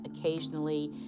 occasionally